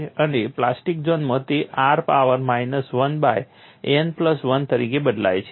અને પ્લાસ્ટિક ઝોનમાં તે r power minus 1 by n plus 1 તરીકે બદલાય છે